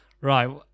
right